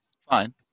Fine